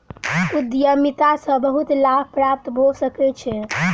उद्यमिता सॅ बहुत लाभ प्राप्त भ सकै छै